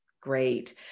great